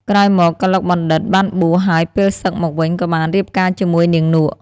ក្រោយមក កឡុកបណ្ឌិត្យ បានបួស ហើយពេលសឹកមកវិញ ក៏បានរៀបការជាមួយនាងនក់ ។